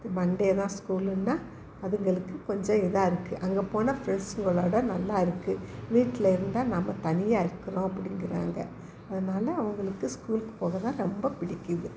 Monday தான் ஸ்கூலுன்னால் அதுங்களுக்கு கொஞ்சம் இதாகருக்கு அங்கே போனா ஃப்ரெண்ட்ஸ்களோடு நல்லாயிருக்கு வீட்டில் இருந்தால் நம்ம தனியாக இருக்கிறோம் அப்படிங்கிறாங்க அதனால அவர்களுக்கு ஸ்கூலுக்கு போகத்தான் ரொம்ப பிடிக்குது